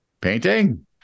painting